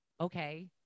okay